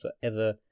forever